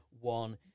one